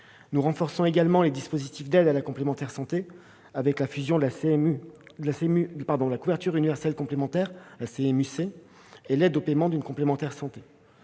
Nous renforçons également les dispositifs d'aide à la complémentaire santé avec la fusion de la couverture maladie universelle complémentaire, la CMU-C, et l'aide au paiement d'une complémentaire santé.